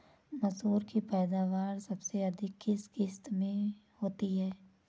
मसूर की पैदावार सबसे अधिक किस किश्त में होती है?